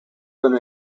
than